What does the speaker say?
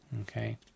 Okay